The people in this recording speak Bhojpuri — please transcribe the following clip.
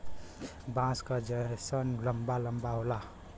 बाँस क जैसन लंबा लम्बा होला